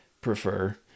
prefer